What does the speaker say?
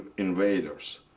invaders,